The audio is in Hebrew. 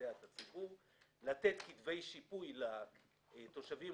לתת כתבי שיפוי לתושבים,